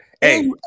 Hey